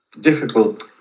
Difficult